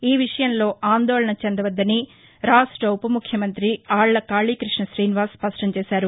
ఈ విషయంలో ఆందోళన చెందవద్దని రాష్ట ఉప ముఖ్యమంతి ఆక్ల కాళీకృష్ణ శ్రీనివాస్ స్పష్టంచేశారు